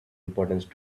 importance